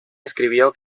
escribió